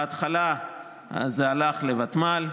בהתחלה זה הלך לוותמ"ל,